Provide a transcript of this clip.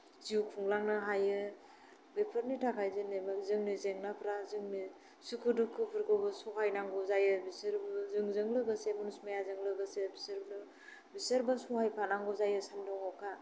जिउ खुंलांनो हायो बेफोरनि थाखाय जेनेबा जोंनि जेंनाफ्रा जोंनि सुखु दुखुफोरखौबो सहायनांगौ जायो बिसोरबो जोंजों लोगोसे मुनुष मायाजों लोगोसे बिसोरबो बिसोरबो सहायखानांगौ जायो सानदुं अखा